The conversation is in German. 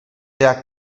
der